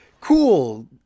cool